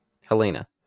helena